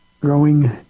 growing